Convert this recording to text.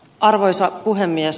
arvoisa puhemies